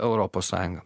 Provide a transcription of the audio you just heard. europos sąjunga